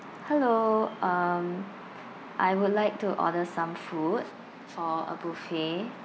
hello um I would like to order some food for a buffet